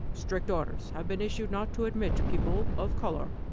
strict orders have been issued not to admit people of color.